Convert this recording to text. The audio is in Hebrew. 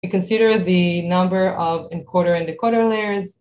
We consider the number of encoder and decoder layers.